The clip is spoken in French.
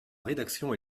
rédaction